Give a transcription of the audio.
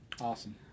Awesome